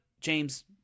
james